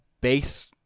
base